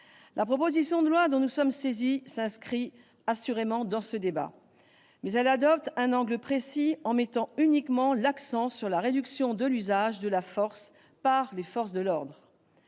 La proposition de loi soumise à notre examen s'inscrit assurément dans ce débat, mais elle adopte un angle précis, en mettant l'accent uniquement sur la réduction de l'usage de la force par les forces de l'ordre.